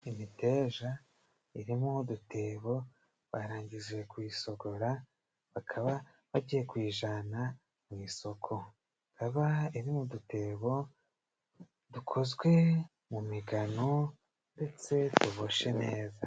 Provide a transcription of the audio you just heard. Imiteja iri mu udutebo barangije kuyisogora bakaba bagiye kuyijana mu isoko, ikaba iri mu dutebo dukozwe mu migano ndetse tuboshe neza.